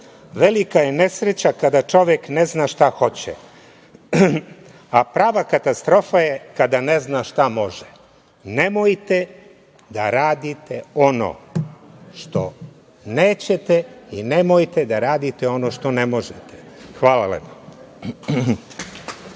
Velika je nesreća kada čovek ne zna šta hoće, a prava katastrofa je kada ne zna šta može. Nemojte da radite ono što nećete i nemojte da radite ono što ne možete. Hvala lepo.